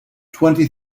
twenty